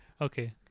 Okay